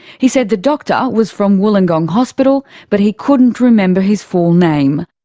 he said the doctor was from wollongong hospital, but he couldn't remember his full name.